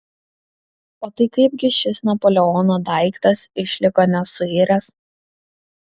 o tai kaip gi šis napoleono daiktas išliko nesuiręs